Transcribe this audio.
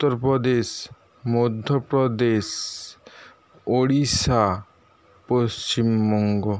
Uttar Pradesh Madhya Pradesh Odisha Paschimbanga